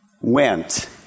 went